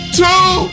two